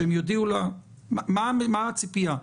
מה הציפייה?